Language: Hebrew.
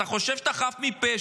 אתה חושב שאתה חף מפשע,